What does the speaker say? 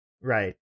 Right